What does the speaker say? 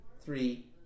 Three